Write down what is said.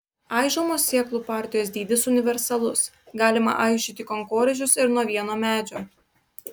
aižomos sėklų partijos dydis universalus galima aižyti kankorėžius ir nuo vieno medžio